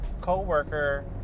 co-worker